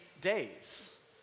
days